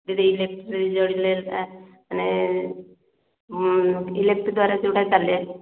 ଦିଦି ଇଲେକ୍ଟ୍ରିକ୍ ଜଳିଲେ ସେଟା ମାନେ ଇଲେକ୍ଟ୍ରିକ୍ ଦ୍ଵାରା ସେଉଟା ଚାଲେ